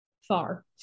far